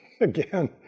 again